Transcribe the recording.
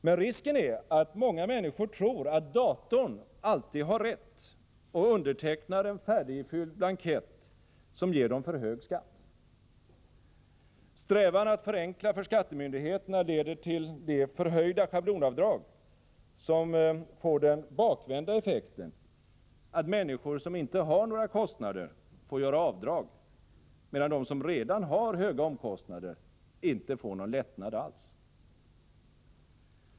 Men risken är att många människor tror att datorn alltid har rätt och undertecknar en färdigifylld blankett, som ger dem för hög skatt. Strävan att förenkla för skattemyndigheterna leder till det förhöjda schablonavdrag som får den bakvända effekten att människor som inte har några kostnader får göra avdrag, medan de som redan har höga omkostnader inte får någon lättnad alls.